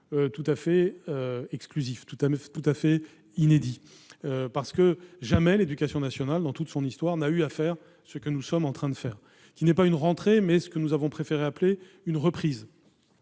tout à fait exclusif, inédit. Jamais l'éducation nationale, dans toute son histoire, n'a eu à faire ce que nous sommes en train de faire, non une rentrée, mais ce que nous avons préféré appeler « une reprise